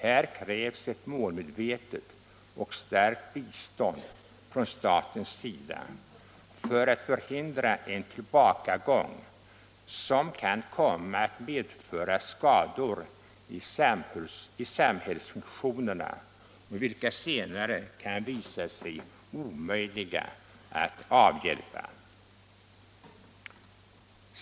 Här krävs ett målmedvetet och starkt bistånd från statens sida för att förhindra en tillbakagång, som kan komma att medföra skador i samhällsfunktionerna och vilka senare kan visa sig omöjliga att avhjälpa.